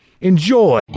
enjoy